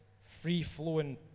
free-flowing